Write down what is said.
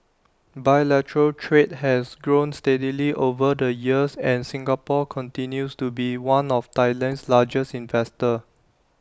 bilateral trade has grown steadily over the years and Singapore continues to be one of Thailand's largest investors